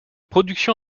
production